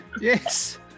Yes